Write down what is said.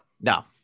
No